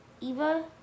Eva